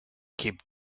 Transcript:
keep